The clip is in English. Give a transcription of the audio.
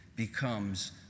becomes